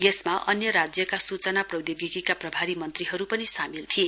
यसमा अन्य राज्यका सूचना प्रौधोगिकीका प्रभारी मन्त्रीहरु पनि सामेल थिए